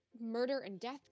murder-and-death